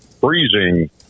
freezing